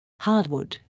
hardwood